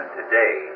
today